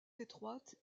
étroite